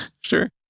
sure